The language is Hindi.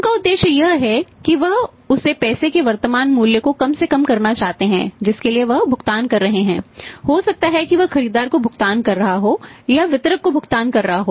उनका उद्देश्य यह है कि वह उस पैसे के वर्तमान मूल्य को कम से कम करना चाहते हैं जिसके लिए वह भुगतान कर रहे हैं हो सकता है कि वह खरीदार को भुगतान कर रहा हो या वितरक को भुगतान कर रहा हो